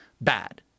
bad